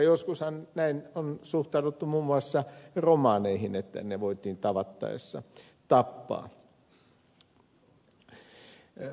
joskushan näin on suhtauduttu muun muassa romaneihin että heidät voitiin tavattaessa tappaa